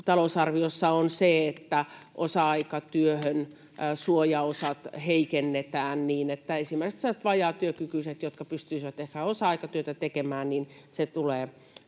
talousarviossa on se, että osa-aikatyön suojaosat heikennetään niin, että esimerkiksi sellaisille vajaatyökykyisille, jotka pystyisivät ehkä osa-aikatyötä tekemään, se ei